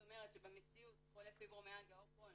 זאת אומרת שבמציאות חולה פיברומיאלגיה או קרוהן